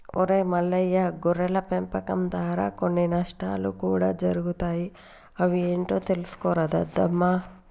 ఒరై మల్లయ్య గొర్రెల పెంపకం దారా కొన్ని నష్టాలు కూడా జరుగుతాయి అవి ఏంటో తెలుసుకోరా దద్దమ్మ